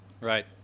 Right